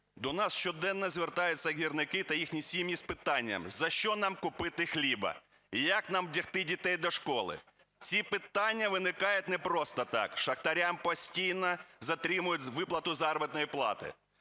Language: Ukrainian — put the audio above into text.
До нас щоденно звертаються гірники та їхні сім'ї з питанням – за що нам купити хліба, як нам вдягти дітей до школи. Ці питання виникають не просто так. Шахтарям постійно затримують виплату заробітної плати,